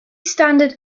standard